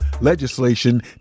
legislation